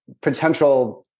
potential